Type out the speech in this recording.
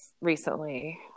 recently